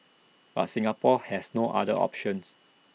but Singapore has no other options